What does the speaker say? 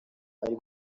ari